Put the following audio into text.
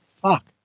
fuck